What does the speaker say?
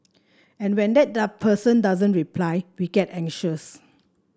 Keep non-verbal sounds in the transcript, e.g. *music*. and when that *unintelligible* person doesn't reply we get anxious